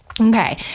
Okay